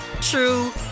true